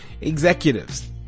executives